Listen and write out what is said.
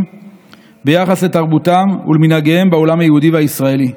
ביחס לתרבותם ולמנהגיהם בעולם היהודי והישראלי.